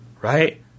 right